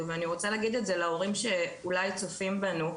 ואני רוצה להגיד את זה להורים שאולי צופים בנו,